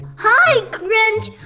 hi grinch!